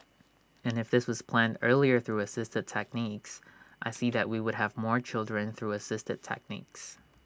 and if this was planned earlier through assisted techniques I see that we would have more children through assisted techniques